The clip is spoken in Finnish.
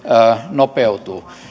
nopeutuu